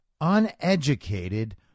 uneducated